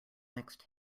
next